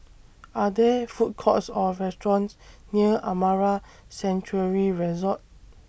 Are There Food Courts Or restaurants near Amara Sanctuary Resort